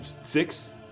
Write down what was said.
Six